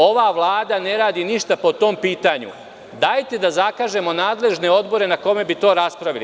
Ova vlada ne radi ništa po tom pitanju, Dajte da zakažemo nadležne odbore na kojima bi to raspravili.